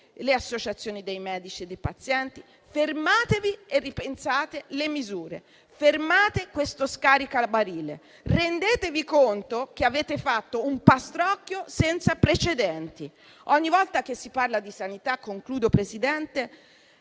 le associazioni dei medici e dei pazienti. Fermatevi e ripensate le misure; fermate questo scaricabarile; rendetevi conto che avete fatto un pastrocchio senza precedenti. Ogni volta che si parla di sanità, signor Presidente,